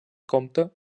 comte